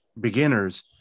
beginners